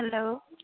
hello